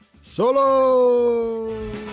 Solo